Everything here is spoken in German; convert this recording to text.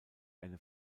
eine